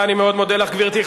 תודה, אני מאוד מודה לך, גברתי.